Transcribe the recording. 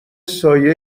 سایه